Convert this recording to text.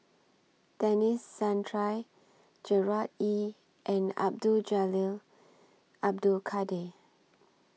Denis Santry Gerard Ee and Abdul Jalil Abdul Kadir